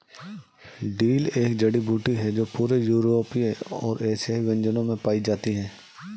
dill एक जड़ी बूटी है जो पूरे यूरोपीय और एशियाई व्यंजनों में पाई जाती है